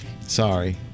sorry